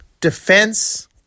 defense